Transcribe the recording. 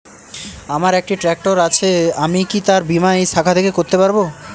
আমার একটি ট্র্যাক্টর আছে আমি কি তার বীমা এই শাখা থেকে করতে পারব?